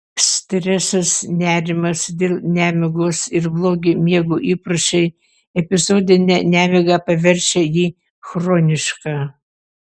stresas nerimas dėl nemigos ir blogi miego įpročiai epizodinę nemigą paverčia į chronišką